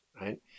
right